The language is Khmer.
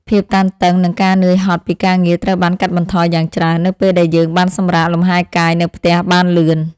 ភាពតានតឹងនិងការនឿយហត់ពីការងារត្រូវបានកាត់បន្ថយយ៉ាងច្រើន នៅពេលដែលយើងបានសម្រាកលំហែកាយនៅផ្ទះបានលឿន។